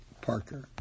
Parker